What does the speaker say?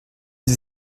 sie